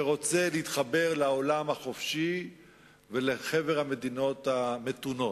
שרוצה להתחבר לעולם החופשי ולחבר המדינות המתונות.